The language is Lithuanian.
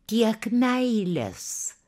tiek meilės